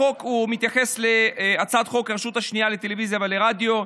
החוק מתייחס להצעת חוק הרשות השנייה לטלוויזיה ורדיו.